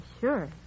sure